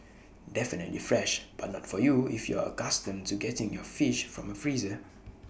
definitely fresh but not for you if you're accustomed to getting your fish from A freezer